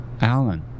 Alan